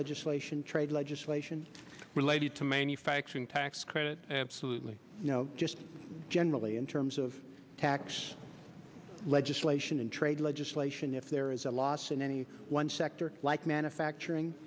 legislation trade legislation related to manufacturing tax credit absolutely you know just generally in terms of tax legislation and trade legislation if there is a loss in any one sector like